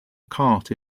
cart